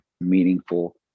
meaningful